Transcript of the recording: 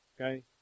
Okay